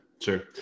sure